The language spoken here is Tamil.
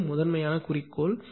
இது முதன்மையான குறிக்கோள்